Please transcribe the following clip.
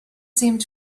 seemed